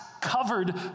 covered